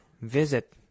visit